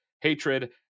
hatred